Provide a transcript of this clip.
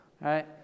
right